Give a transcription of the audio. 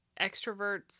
extroverts